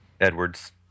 Edwards